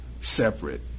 separate